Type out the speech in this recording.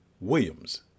Williams